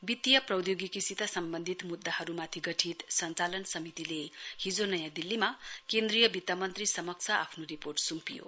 वित्तिय प्रौद्योगिकीसित सम्बन्धित मुद्दाहरूमाथि गठित सञ्चालन समितिले हिजो नयाँ दिल्लीमा केन्द्रीय वित्तमन्त्री समक्ष आफ्नो रिपोर्ट सुम्पियो